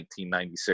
1996